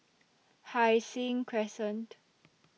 Hai Sing Crescent